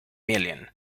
million